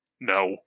No